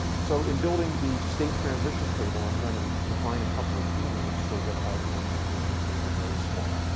so in building the state transition table i'm gonna define a couple of enums so that i can make the table very small.